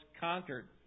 conquered